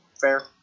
Fair